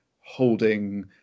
holding